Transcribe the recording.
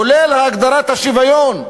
כולל הגדרת השוויון,